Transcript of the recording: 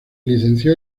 licenció